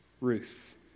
Ruth